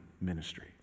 ministry